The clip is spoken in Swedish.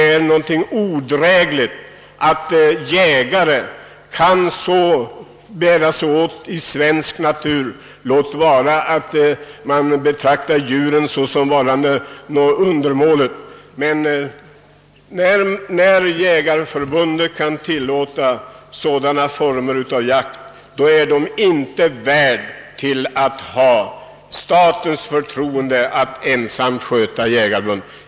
När Jägareförbundet tillåter sådana former av jakt i den svenska naturen, låt vara att man betraktar djuren såsom undermåliga, är det inte värdigt att ensamt ha statens förtroende att sköta jakten.